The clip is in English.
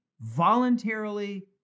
voluntarily